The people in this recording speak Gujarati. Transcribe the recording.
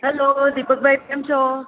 હલો દીપકભાઈ કેમ છો